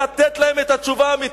לתת להם את התשובה האמיתית.